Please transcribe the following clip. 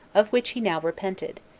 of which he now repented,